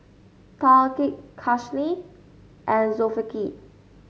Thaqif Khalish and Zulkifli